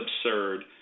absurd